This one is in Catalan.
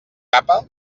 capa